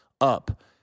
up